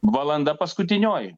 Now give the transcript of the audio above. valanda paskutinioji